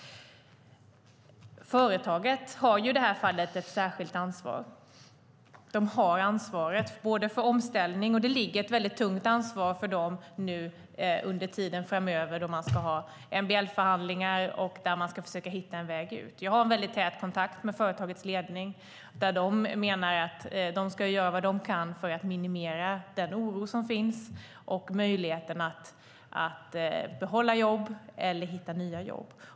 Företaget har i det här fallet ett särskilt ansvar. Det har ansvaret för omställningen, och det ligger ett tungt ansvar för företaget under tiden framöver där man ska ha MBL-förhandlingar och försöka hitta en väg ut. Jag har en tät kontakt med företagets ledning. De menar att de ska göra vad de kan för att minimera den oro som finns och för att behålla jobb eller hitta nya jobb.